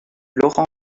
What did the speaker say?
laurent